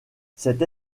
cette